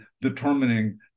determining